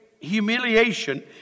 humiliation